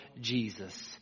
Jesus